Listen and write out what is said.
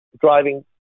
driving